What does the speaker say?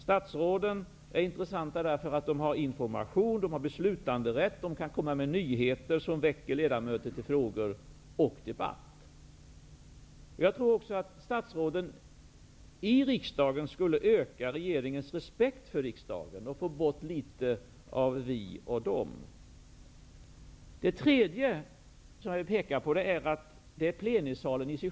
Statsråden är intressanta eftersom de har information och beslutanderätt och de kan komma med nyheter som väcker frågor och debatt. Jag tror att statsråden i riksdagen skulle öka regeringens respekt för riksdagen och minska känslan av ''vi'' och ''de''. För det tredje vill jag nämna själva plenisalen.